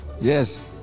Yes